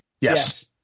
Yes